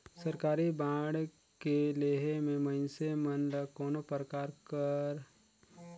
सरकारी बांड के लेहे मे मइनसे मन ल कोनो परकार डर, भय नइ रहें ओकर बियाज दर हर थोरहे रथे